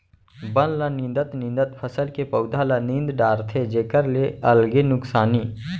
बन ल निंदत निंदत फसल के पउधा ल नींद डारथे जेखर ले अलगे नुकसानी